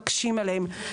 מקשים עליהם?